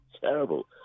terrible